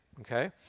okay